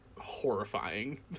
horrifying